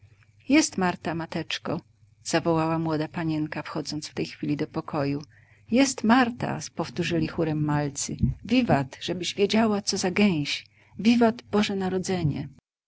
jest marta mateczko zawołała młoda panienka wchodząc w tej chwili do pokoju jest marta powtórzyli chórem malcy wiwat żebyś wiedziała co za gęś wiwat boże narodzenie